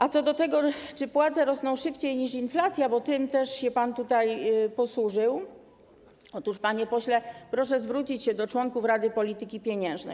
A co do tego, czy płace rosną szybciej niż inflacja, bo tym też się pan tutaj posłużył, to, panie pośle, proszę zwrócić się do członków Rady Polityki Pieniężnej.